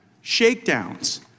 shakedowns